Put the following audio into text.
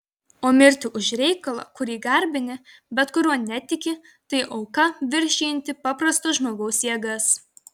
o mirti už reikalą kurį garbini bet kuriuo netiki tai auka viršijanti paprasto žmogaus jėgas